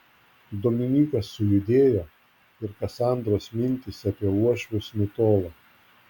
dominykas sujudėjo ir kasandros mintys apie uošvius nutolo